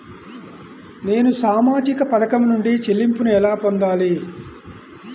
నేను సామాజిక పథకం నుండి చెల్లింపును ఎలా పొందాలి?